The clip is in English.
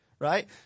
Right